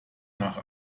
nach